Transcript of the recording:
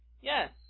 Yes